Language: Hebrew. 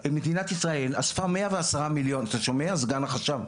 מדינת ישראל אספה 110 מיליון, אתה שומע סגן החשב,